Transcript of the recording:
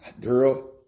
Girl